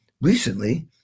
recently